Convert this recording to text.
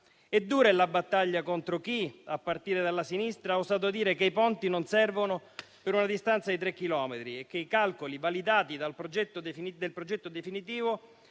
e dura è la battaglia contro chi, a partire dalla sinistra, ha osato dire che i ponti non servono per una distanza di tre chilometri e che i calcoli validati del progetto definitivo,